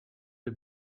the